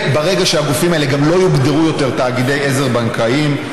ברגע שהגופים האלה לא יוגדרו יותר תאגידי עזר בנקאיים,